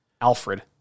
Alfred